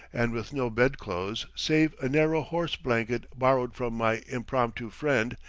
and with no bedclothes, save a narrow horse-blanket borrowed from my impromptu friend,